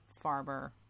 farmer